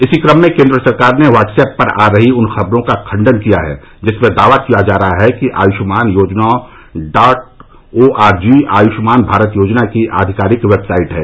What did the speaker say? इसी क्रम में केन्द्र सरकार ने व्हाट्स ऐप पर आ रही उन खबरों का खण्डन किया है जिनमें दावा किया जा रहा है कि Ayushman Yojana dot O R G Ayushman Bharat Yojana की आधिकारिक वेबसाइट है